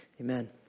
amen